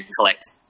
collect